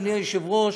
אדוני היושב-ראש,